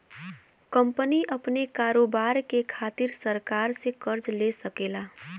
company अपने कारोबार के खातिर सरकार से कर्ज ले सकेला